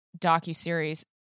docuseries